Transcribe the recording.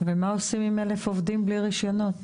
ומה עושים עם 1,000 עובדים בלי רישיונות?